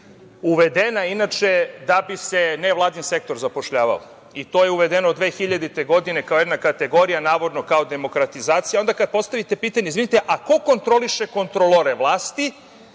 je inače da bi se nevladin sektor zapošljavao i to je uvedeno 2000. godine kao jedna kategorija, navodno, kao demokratizacija, a onda kada postavite pitanje, izvinite, a ko kontroliše kontrolore vlasti,